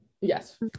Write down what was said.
Yes